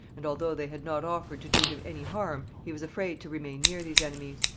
and, although they had not offered to do him any harm, he was afraid to remain near these enemies.